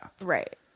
right